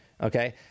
okay